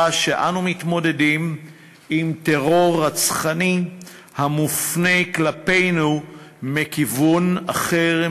שאנו מתמודדים עם טרור רצחני המופנה כלפינו מכיוון אחר,